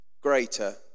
greater